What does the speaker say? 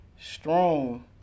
strong